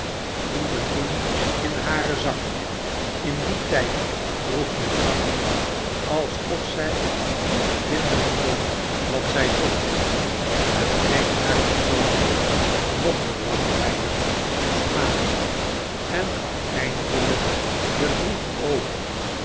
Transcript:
voelde toen in hare zakken in dien tijd droeg men zakken alsof zij niet vinden kon wat zij zocht hetgeen haar persoontje nog belangrijker moest maken en gaf eindelijk den brief over